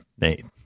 Nate